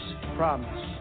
promise